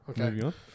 Okay